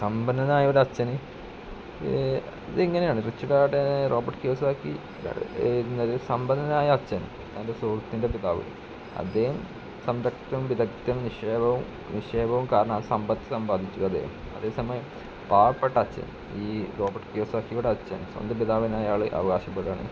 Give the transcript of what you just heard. സമ്പന്നനാ യ ഒരു അച്ഛന് അതിങ്ങനെയാണ് റിച്ച് ഡാഡിന് റോബർട്ട് കിയോസാക്കി എന്ന ഒരു സമ്പന്നനായ അച്ഛൻ തൻ്റെ സുഹൃത്തിൻ്റെ പിതാവ് അദ്ദേഹം സമ്പത്തും വിധക്തം നിക്ഷേപവും കാരണം ആ സമ്പത്ത് സമ്പാദിച്ചു അദ്ദേഹം അതേസമയം പാവപ്പെട്ട അച്ഛൻ ഈ റോബട്ട് കിയോസാക്കിയുടെ അച്ഛൻ സ്വന്തം പിതാവിനായി അയാൾ അവകാശപ്പെടുകയാണ്